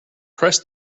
press